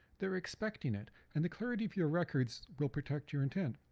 they're expecting it and the clarity of your records will protect your intent.